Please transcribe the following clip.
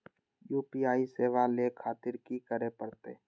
UPI सेवा ले खातिर की करे परते?